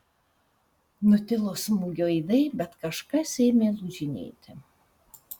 nutilo smūgio aidai bet kažkas ėmė lūžinėti